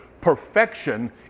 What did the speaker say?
Perfection